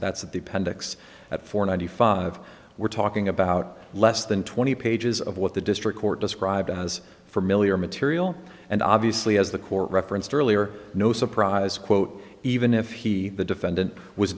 appendix at four ninety five we're talking about less than twenty pages of what the district court described as for mill your material and obviously as the court referenced earlier no surprise quote even if he the defendant was